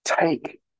Take